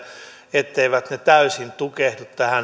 etteivät ne täysin tukehdu